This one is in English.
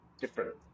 different